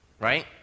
right